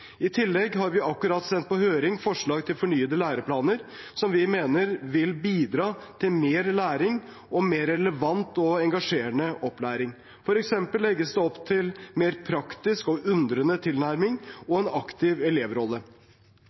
I tillegg har vi akkurat sendt på høring forslag til fornyede læreplaner som vi mener vil bidra til mer læring og en mer relevant og engasjerende opplæring. For eksempel legges det opp til mer praktisk og undrende tilnærming og en aktiv elevrolle.